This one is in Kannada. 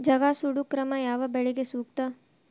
ಜಗಾ ಸುಡು ಕ್ರಮ ಯಾವ ಬೆಳಿಗೆ ಸೂಕ್ತ?